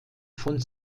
von